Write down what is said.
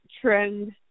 trend